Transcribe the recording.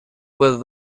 whether